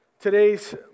Today's